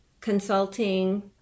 consulting